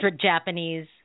Japanese